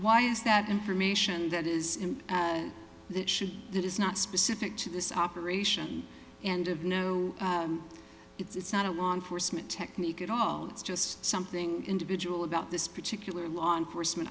why is that information that is and it should that is not specific to this operation and of no it's not on forcemeat technique at all it's just something individual about this particular law enforcement